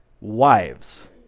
Wives